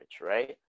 right